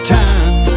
time